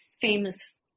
famous